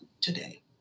today